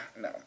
no